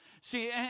See